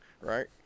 right